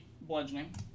bludgeoning